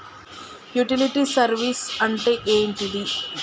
Utility service అంటే ఏంటిది?